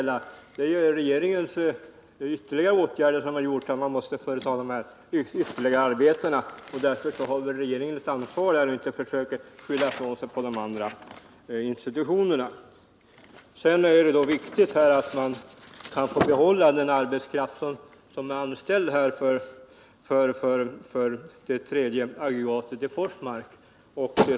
Det är regeringens åtgärder som har gjort att man måste genomföra dessa ytterligare arbeten. Därför har regeringen ett ansvar och skall inte försöka skylla ifrån sig på de andra institutionerna. Det är viktigt att man kan behålla den arbetskraft som är anställd för det tredje aggregatet i Forsmark.